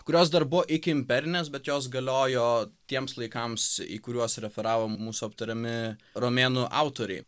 kurios dar buvo iki imperinės bet jos galiojo tiems laikams į kuriuos referavo mūsų aptariami romėnų autoriai